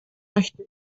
möchte